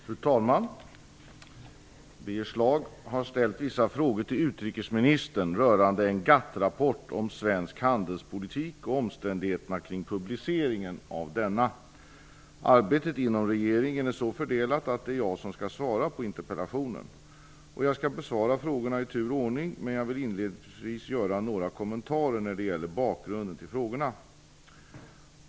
Fru talman! Birger Schlaug har ställt vissa frågor till utrikesministern rörande en GATT-rapport om svensk handelspolitik och omständigheterna kring publiceringen av denna. Arbetet inom regeringen är så fördelat att det är jag som skall svara på interpellationen. Jag skall besvara frågorna i tur och ordning, men jag vill inledningsvis göra några kommentarer när det gäller bakgrunden till frågorna.